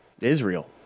Israel